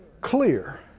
clear